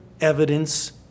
evidence